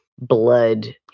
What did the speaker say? blood